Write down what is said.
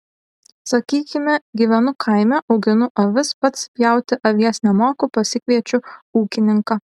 sakykime gyvenu kaime auginu avis pats pjauti avies nemoku pasikviečiu ūkininką